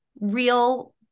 real